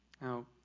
Now